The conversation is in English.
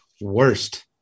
worst